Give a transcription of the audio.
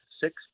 six